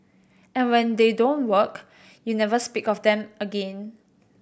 and when they don't work you never speak of them again